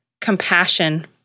compassion